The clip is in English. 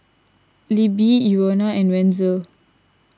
Libby Euna and Wenzel